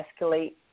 escalate